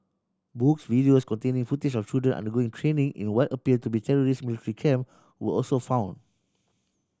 books videos containing footage of children undergoing training in what appeared to be terrorist military camp were also found